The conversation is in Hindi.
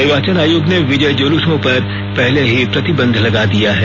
निर्वाचन आयोग ने विजय जुलूसों पर पहले ही प्रतिबंध लगा दिया है